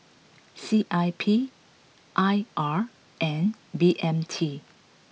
C I P I R and B M T